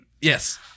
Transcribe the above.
Yes